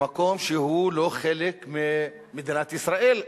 במקום שהוא לא חלק ממדינת ישראל,